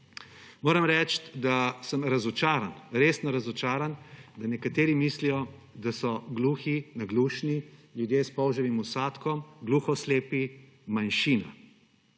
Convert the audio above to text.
Moram reči, da sem razočaran, resno razočaran, da nekateri mislijo, da so gluhi, naglušni ljudje s polževim vsadkom, gluhoslepi manjšina.